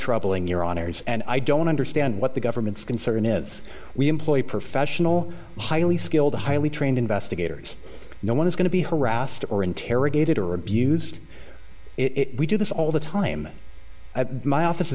troubling your honour's and i don't understand what the government's concern is we employ professional highly skilled highly trained investigators no one is going to be harassed or interrogated or abused it we do this all the time my office